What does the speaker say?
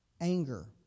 Anger